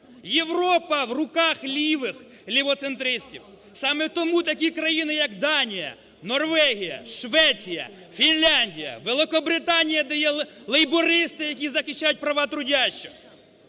Європа в руках лівих, лівоцентристів. Саме тому такі країни як Данія, Норвегія, Швеція, Фінляндія, Великобританія дає… лейбористи, які захищають права трудящих.